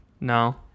No